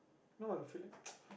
no I'm feeling